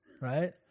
Right